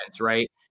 right